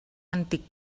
antic